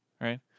right